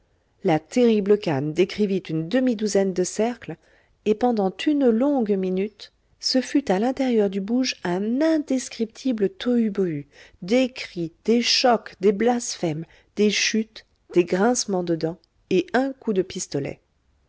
la terrible canne décrivit une demi-douzaine de cercles et pendant une longue minute ce fut à l'intérieur du bouge un indescriptible tohu-bohu des cris des chocs des blasphèmes des chutes des grincements de dents et un coup de pistolet